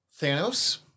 Thanos